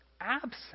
absent